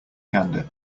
gander